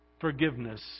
forgiveness